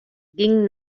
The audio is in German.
ging